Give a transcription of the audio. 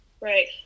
Right